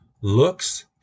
looks